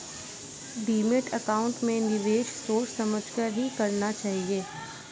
demat account में निवेश सोच समझ कर ही करना चाहिए